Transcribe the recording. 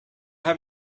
have